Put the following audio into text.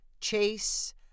Chase